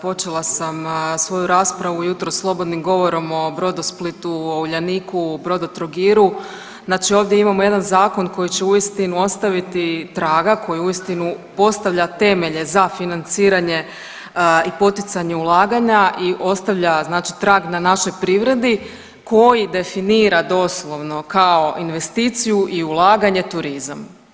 Počela sam svoju raspravu jutros slobodnim govorom o Brodosplitu, o Uljaniku, Brodotrogiru, znači ovdje imamo jedan zakon koji će uistinu ostaviti traga, koji uistinu postavlja temelje za financiranje i poticanje ulaganja i ostavlja znači trag na našoj privredi, koji definira doslovno kao investiciju i ulaganje turizam.